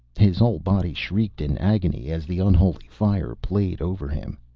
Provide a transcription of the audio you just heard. his whole body shrieked in agony as the unholy fire played over him.